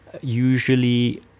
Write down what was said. usually